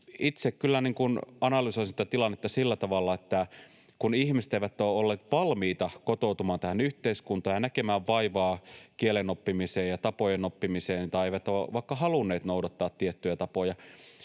kyllä analysoin sitä tilannetta sillä tavalla, että kun ihmiset eivät ole olleet valmiita kotoutumaan tähän yhteiskuntaan ja näkemään vaivaa kielen oppimiseen ja tapojen oppimiseen tai eivät ole vaikka halunneet noudattaa tiettyjä tapoja,